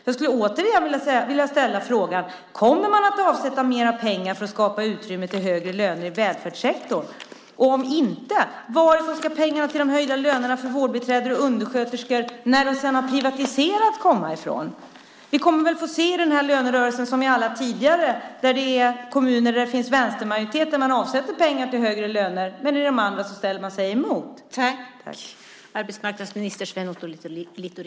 Jag skulle återigen vilja ställa frågan: Kommer man att avsätta mer pengar för att skapa utrymme för högre löner i välfärdssektorn? Om inte undrar jag varifrån pengarna till de höjda lönerna för vårdbiträden och undersköterskor, när de sedan har privatiserats, ska komma. Vi kommer väl att få se i den här lönerörelsen, som i alla tidigare, att man i kommuner där det finns vänstermajoritet avsätter pengar till högre löner. Men i de andra ställer man sig emot detta.